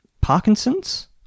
Parkinson's